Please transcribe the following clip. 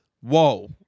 Whoa